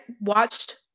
watched